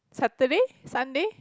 Saturday Sunday